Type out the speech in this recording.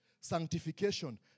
Sanctification